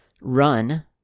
run